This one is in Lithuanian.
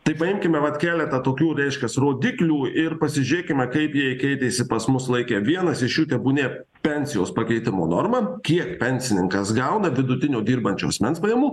tai paimkime vat keletą tokių reiškias rodiklių ir pasižiūrėkime kaip jie keitėsi pas mus laike vienas iš jų tebūnie pensijos pakeitimo norma kiek pensininkas gauna vidutinio dirbančio asmens pajamų